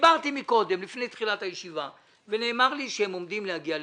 דיברתי לפני תחילת הישיבה ונאמר לי שהם עומדים להגיע לפתרון.